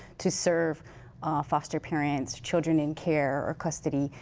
to serve foster parent, children in care, or custody,